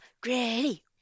Grady